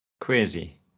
crazy